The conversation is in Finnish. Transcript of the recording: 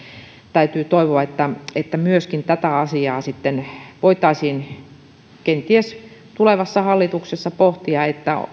täytyy toivoa että myöskin tätä asiaa voitaisiin sitten kenties tulevassa hallituksessa pohtia